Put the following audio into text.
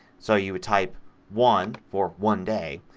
so you would type one for one day.